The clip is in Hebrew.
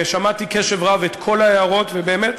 שמעתי בקשב רב את כל ההערות, ובאמת,